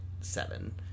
seven